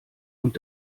und